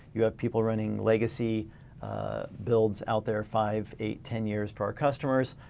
you have people running legacy builds. out there five, eight, ten years for our customers.